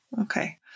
Okay